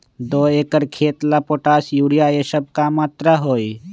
दो एकर खेत के ला पोटाश, यूरिया ये सब का मात्रा होई?